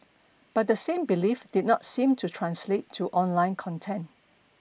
but the same belief did not seem to translate to online content